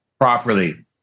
properly